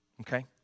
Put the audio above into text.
Okay